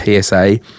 PSA